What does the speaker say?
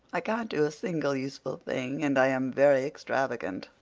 i can't do a single useful thing, and i am very extravagant.